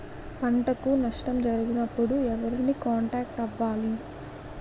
పంటకు నష్టం జరిగినప్పుడు ఎవరిని కాంటాక్ట్ అవ్వాలి?